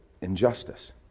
injustice